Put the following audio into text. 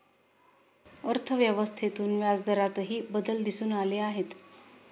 अर्थव्यवस्थेतून व्याजदरातही बदल दिसून आले आहेत